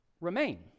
remain